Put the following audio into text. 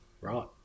Right